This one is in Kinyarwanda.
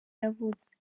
yavutse